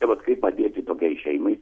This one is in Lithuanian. tai vat kaip padėti tokiai šeimai